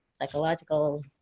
psychological